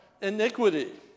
iniquity